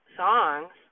songs